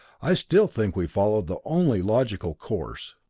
i still think we followed the only logical course.